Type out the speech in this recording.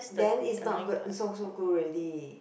then it's not good so so good already